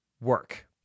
work